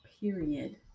period